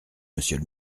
monsieur